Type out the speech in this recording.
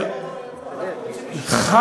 אנחנו רוצים לשמור עליהם,